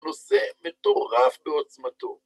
נושא מטורף בעוצמתו.